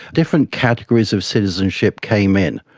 different categories of citizenship came in.